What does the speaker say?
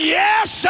yes